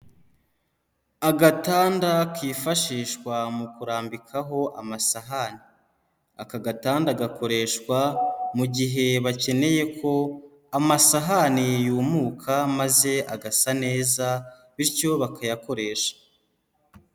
Agatanda kifashishwa mu kurambikaho amasahani, aka gatanda gakoreshwa mu gihe bakeneye ko amasahani yumuka maze agasa neza bityo bakayakoresha.